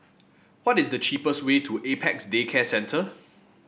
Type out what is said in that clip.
what is the cheapest way to Apex Day Care Centre